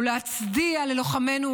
ולהצדיע ללוחמינו,